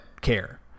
care